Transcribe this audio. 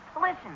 Listen